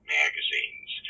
magazines